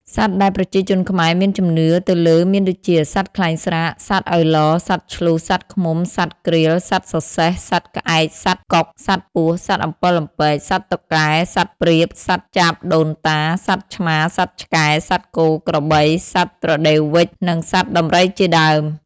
សត្វដែលប្រជាជនខ្មែរមានជំនឿទៅលើមានដូចជា សត្វខ្លែងស្រាក សត្វឪឡ សត្វឈ្លូស សត្វឃ្មុំ សត្វក្រៀល សត្វសត្វសសេះ សត្វក្អែក សត្វកុក សត្វពស់ សត្វអំពិលអំពែក សត្វតុកកែ សត្វព្រាប សត្វចាបដូនតា សត្វឆ្មា សត្វឆ្កែ សត្វគោ ក្របី សត្វត្រដេវវ៉ិច និងសត្វដំរីជាដើម។